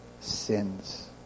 sins